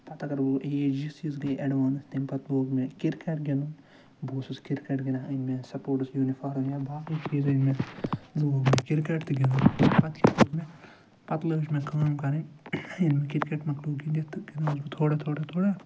پتہٕ اگر وُ ایج یِس یِس گٔے اٮ۪ڈوانٕس تمہِ پت لوگ مےٚ کِرکٹ گِنٛدُن بہٕ اوسُس کِرکٹ گِنٛدان أنۍ مےٚ سپوٹٕس یوٗنِفارم یا باقٕے چیٖز أنۍ مےٚ لوگ مےٚ کِرکَٹ تہِ گِنٛدُن پتہٕ کیٛاہ کوٚر مےٚ پتہٕ لٲج مےٚ کٲم کَرٕنۍ ییٚلہِ مےٚ کِرکٹ مکلو گِندِتھ تہٕ گِنٛدن اوس بہٕ تھوڑا تھوڑا تھوڑا